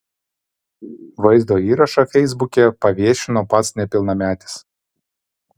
vaizdo įrašą feisbuke paviešino pats nepilnametis